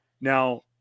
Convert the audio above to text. Now